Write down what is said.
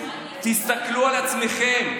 תסתכלו על עצמכם,